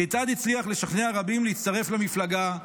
כיצד הצליח לשכנע רבים להצטרף למפלגה,